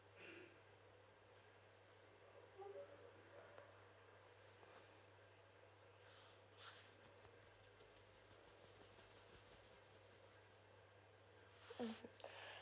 mm